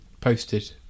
posted